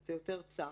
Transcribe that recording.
פה זה יותר צר.